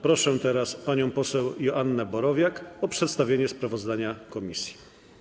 Proszę panią poseł Joannę Borowiak o przedstawienie sprawozdania komisji.